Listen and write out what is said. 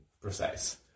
precise